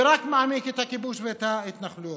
ורק מעמיק את הכיבוש ואת ההתנחלויות.